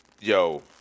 yo